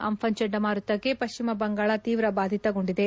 ಅಂಘನ್ ಚಂಡಮಾರುತಕ್ಕೆ ಪಶ್ಚಿಮ ಬಂಗಾಳ ತೀವ್ರ ಬಾಧಿತಗೊಂಡಿದೆ